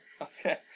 Okay